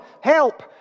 Help